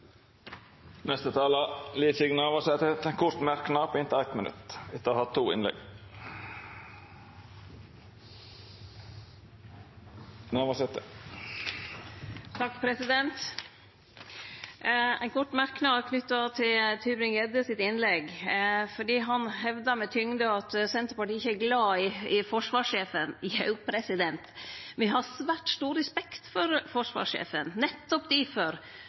Liv Signe Navarsete har hatt ordet to gonger tidlegare og får ordet til ein kort merknad, avgrensa til 1 minutt. Ein kort merknad knytt til innlegget til Tybring-Gjedde, for han hevda med tyngd at Senterpartiet ikkje er glad i forsvarssjefen: Jo, me har svært stor respekt for forsvarssjefen. Nettopp difor